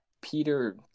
Peter